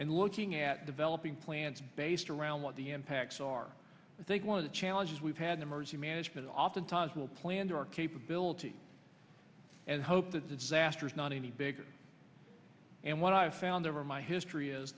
and looking at developing plans based around what the impacts are they go of the challenges we've had emergency management oftentimes will plan to our capability and hope that the disaster is not any bigger and what i've found over my history is